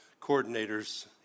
coordinators